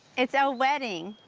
it's a wedding!